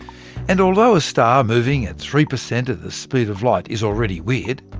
and although a star moving at three percent of the speed of light is already weird,